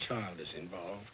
child is involved